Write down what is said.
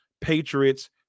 Patriots